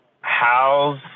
how's